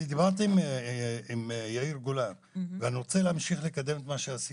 אני דיברתי עם יאיר גולן ואני רוצה להמשיך לקדם את מה שעשיתי.